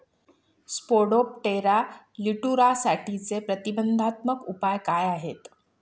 Spodoptera लिट्युरासाठीचे प्रतिबंधात्मक उपाय काय आहेत?